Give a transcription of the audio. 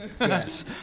yes